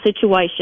situation